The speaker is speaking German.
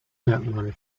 merkmale